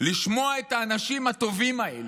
לשמוע את האנשים הטובים האלה,